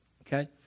Okay